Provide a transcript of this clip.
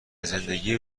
زندگی